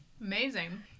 amazing